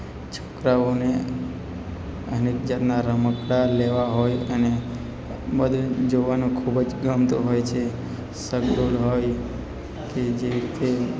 છોકરાઓને અનેક જાતનાં રમકડાં લેવાં હોય અને બધે જોવાનું ખૂબ જ ગમતું હોય છે ચકડોળ હોય કે જે રીતે